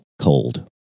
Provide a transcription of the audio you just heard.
cold